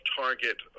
target